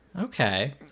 Okay